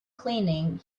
cleaning